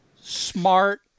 smart